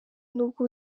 n’ubwo